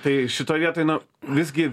tai šitoj vietoj na visgi